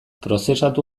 prozesatu